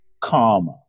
karma